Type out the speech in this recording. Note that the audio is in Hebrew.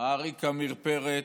העריק עמיר פרץ,